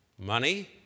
Money